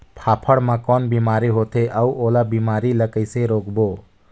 फाफण मा कौन बीमारी होथे अउ ओला बीमारी ला कइसे रोकबो?